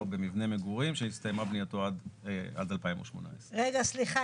במבנה מגורים שהסתיימו בנייתו עד 2018. סליחה,